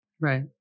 Right